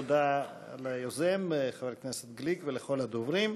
תודה ליוזם, חבר הכנסת גליק, ולכל הדוברים.